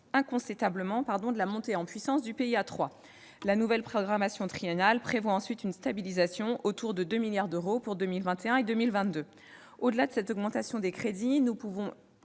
d'investissements d'avenir, le PIA 3. La nouvelle programmation triennale prévoit ensuite une stabilisation autour de 2 milliards d'euros en 2021 et 2022. Au-delà de cette augmentation des crédits, nous pouvons